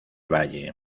valle